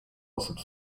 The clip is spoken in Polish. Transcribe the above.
osób